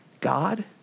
God